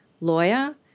lawyer